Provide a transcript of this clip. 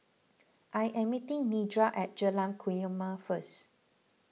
I am meeting Nedra at Jalan Kumia first